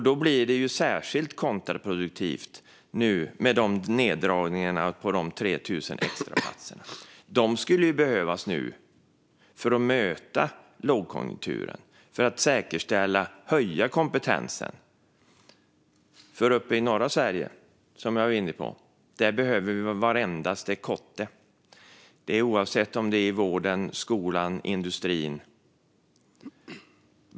Då blir det särskilt kontraproduktivt med de neddragningar som nu görs på de 3 000 extraplatserna, som skulle behövas nu för att möta lågkonjunkturen och säkerställa att kompetensen höjs. Uppe i norra Sverige, som jag var inne på, behöver vi varenda kotte, oavsett om det är i vården, skolan eller industrin.